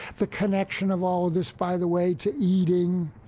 the connection of all of this, by the way, to eating,